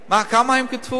כמה הם כתבו?